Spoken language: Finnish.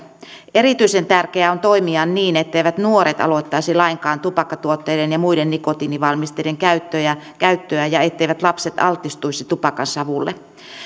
erityisen tärkeää on toimia niin etteivät nuoret aloittaisi lainkaan tupakkatuotteiden ja muiden nikotiinivalmisteiden käyttöä ja käyttöä ja etteivät lapset altistuisi tupakansavulle